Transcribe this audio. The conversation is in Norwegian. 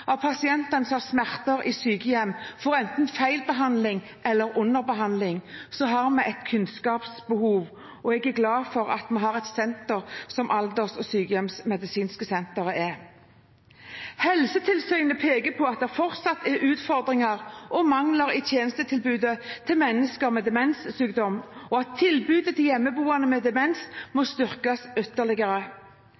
som har smerter, enten får feilbehandling eller underbehandling, har vi et kunnskapsbehov, og jeg er glad for at vi har et senter som det alders- og sykehjemsmedisinske senteret. Helsetilsynet peker på at det fortsatt er utfordringer og mangler i tjenestetilbudet for mennesker med demenssykdom, og at tilbudet til hjemmeboerne med demens må